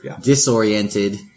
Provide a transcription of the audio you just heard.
disoriented